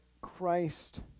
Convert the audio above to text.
christ